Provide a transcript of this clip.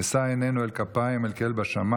נשא לבבנו אל כפים אל אל בשמים.